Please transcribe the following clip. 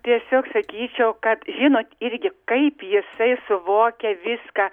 tiesiog sakyčiau kad žinot irgi kaip jisai suvokia viską